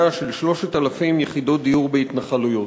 של 3,000 יחידות דיור בהתנחלויות,